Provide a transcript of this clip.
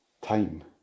time